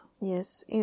Yes